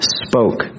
spoke